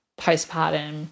postpartum